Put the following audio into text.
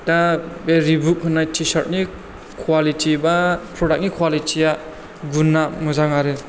दा बे रिबुक होननाय टि सार्टनि कवालिटि बा प्रडाक्टनि कवालिटिया गुनआ मोजां आरो